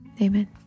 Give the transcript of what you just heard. amen